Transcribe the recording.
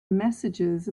messages